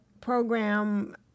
program